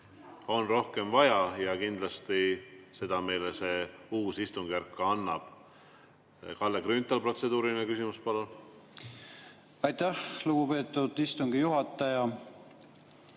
on rohkem vaja. Kindlasti meile see uus istungjärk seda ka annab. Kalle Grünthal, protseduuriline küsimus, palun! Aitäh, lugupeetud istungi juhataja!